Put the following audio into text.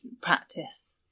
practice